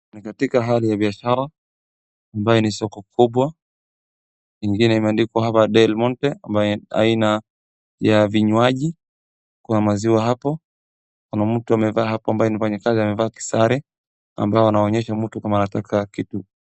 Ni katika hali ya biashara, ambaye ni soko kubwa, ingine imeandikwa hapa delmonte, ambaye ni aina ya kinywaji, kuna maziwa hapo, kuna mtu amekaa hapo ambaye ni mfanyikazi amevaa sare ambayo anaonyesha mtu kama anataka kitu.